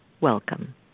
welcome